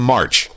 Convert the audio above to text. March